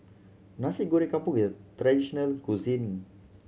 Nasi Goreng Kampung is a traditional cuisine